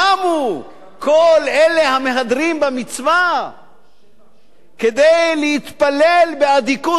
קמו כל אלה המהדרים במצווה כדי להתפלל באדיקות